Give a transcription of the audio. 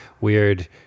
weird